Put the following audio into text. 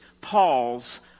Paul's